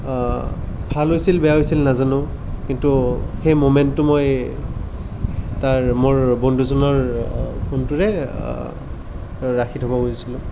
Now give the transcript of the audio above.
ভাল হৈছিল বেয়া হৈছিল নাজানোঁ কিন্তু সেই মোমেন্টটো মই তাৰ মোৰ বন্ধুজনৰ ফোনটোৰে ৰাখি থ'ব খুজিছিলোঁ